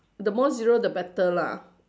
the more zero the better lah